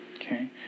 Okay